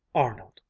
arnold!